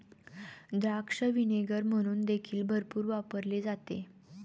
द्राक्ष व्हिनेगर म्हणून देखील भरपूर वापरले जाते